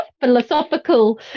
philosophical